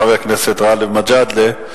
חבר הכנסת גאלב מג'אדלה,